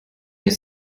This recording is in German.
ist